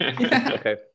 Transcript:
okay